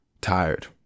Tired